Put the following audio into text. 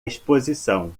exposição